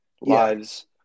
lives